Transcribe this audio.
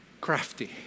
crafty